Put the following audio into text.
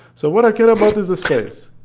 so what i care about is the space.